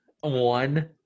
One